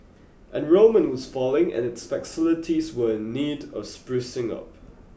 enrolment was falling and its facilities were in need of sprucing up